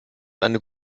eine